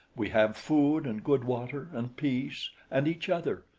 we have food and good water and peace and each other.